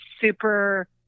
super